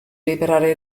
liberare